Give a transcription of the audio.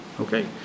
Okay